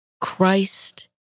Christ